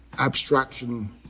abstraction